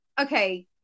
okay